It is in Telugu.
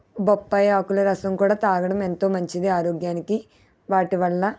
బొప్పాయి ఆకుల రసం కూడా తాగడం ఎంతో మంచిది ఆరోగ్యానికి వాటి వల్ల